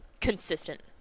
consistent